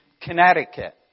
Connecticut